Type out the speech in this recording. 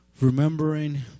Remembering